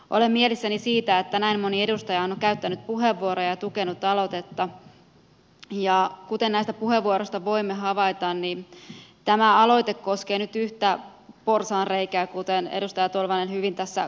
olen mielissäni siitä että näin moni edustaja on käyttänyt puheenvuoron ja tukenut aloitetta ja kuten näistä puheenvuoroista voimme havaita tämä aloite koskee nyt yhtä porsaanreikää kuten edustaja tolvanen hyvin tässä kuvasi